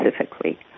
specifically